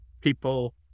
People